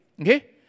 okay